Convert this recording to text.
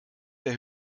der